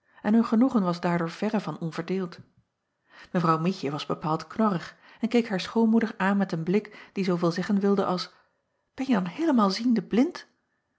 en hun genoegen was daardoor verre van onverdeeld w ietje was bepaald knorrig en keek haar schoonmoeder aan met een blik die zooveel zeggen wilde als benje dan heelemaal ziende blind